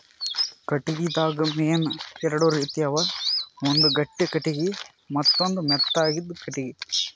ಕಟ್ಟಿಗಿದಾಗ್ ಮೇನ್ ಎರಡು ರೀತಿ ಅವ ಒಂದ್ ಗಟ್ಟಿ ಕಟ್ಟಿಗಿ ಮತ್ತ್ ಮೆತ್ತಾಂದು ಕಟ್ಟಿಗಿ